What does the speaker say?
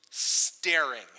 staring